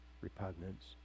repugnance